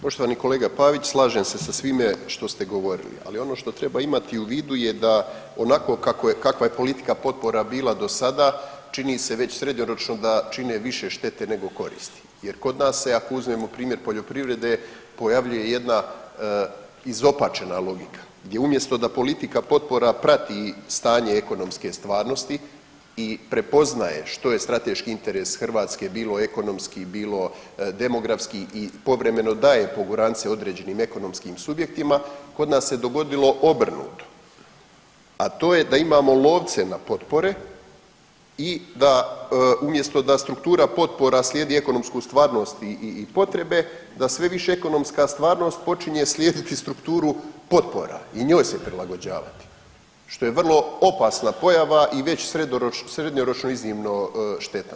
Poštovani kolega Pavić, slažem se sa svime što ste govorili, ali ono što treba imati u vidu je da onako kakva je politika potpora bila do sada čini se već srednjoročno da čine više štete nego koristi jer kod nas se ako uzmemo primjer poljoprivrede pojavljuje jedna izopačena logika gdje umjesto da politika potpora prati stanje ekonomske stvarnosti i prepoznaje što je strateški interes Hrvatske bilo ekonomski bilo demografski i povremeno daje pogurancije određenim ekonomskim subjektima kod nas se dogodilo obrnuto, a to je da imamo lovce na potpore i da umjesto da struktura potpora slijedi ekonomsku stvarnost i potrebe, da sve više ekonomska stvarnost počinje slijediti strukturu potpora i njoj se prilagođavati, što je vrlo opasna pojava i već srednjoročno iznimno štetna.